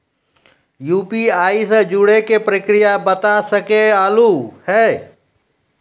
UPI से जुड़े के प्रक्रिया बता सके आलू है?